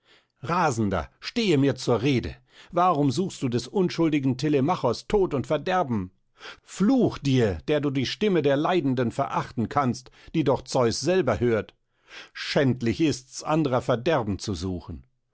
rasender stehe mir rede warum suchst du des unschuldigen telemachos tod und verderben fluch dir der du die stimme der leidenden verachten kannst die doch zeus selber hört schändlich ist's anderer verderben zu suchen